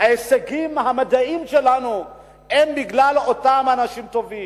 ההישגים המדעיים שלנו הם בגלל אותם אנשים טובים,